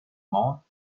mans